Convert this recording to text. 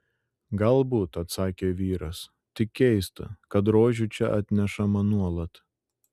galbūt atsakė vyras tik keista kad rožių čia atnešama nuolat